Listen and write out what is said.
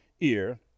ear